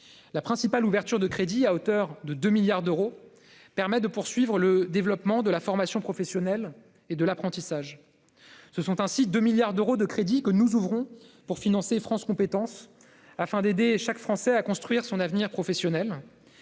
La principale de ces ouvertures de crédit, à hauteur de 2 milliards d'euros, permet de poursuivre le développement de la formation professionnelle et de l'apprentissage. Ce sont ainsi 2 milliards d'euros de crédits que nous ouvrons pour financer France compétences ... Ce n'est pas la première fois !... afin d'aider chaque Français à construire son avenir professionnel.